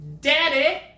Daddy